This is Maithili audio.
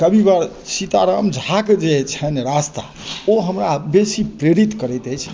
कविवर सीताराम झाके जे छनि रास्ता ओ हमरा बेसी प्रेरित करैत अछि